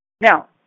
Now